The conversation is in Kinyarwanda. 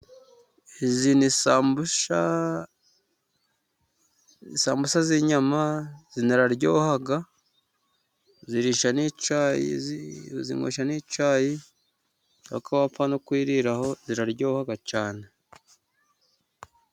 Izi nisambusha z'inyama ziraryoha, uzinywesha n'icyayi ariko wapfa no kuziriraho ziraryoha cyane.